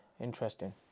Interesting